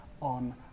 on